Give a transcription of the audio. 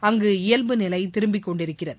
அங்கு இயல்புநிலை திரும்பிக் கொண்டிருக்கிறது